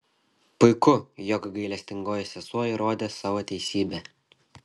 puiku jog gailestingoji sesuo įrodė savo teisybę